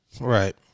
right